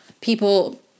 people